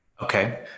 Okay